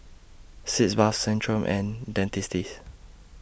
Sitz Bath Centrum and Dentiste